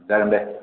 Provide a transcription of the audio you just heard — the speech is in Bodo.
जागोन दे